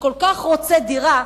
שכל כך רוצה דירה,